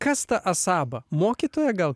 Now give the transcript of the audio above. kas ta asaba mokytoja gal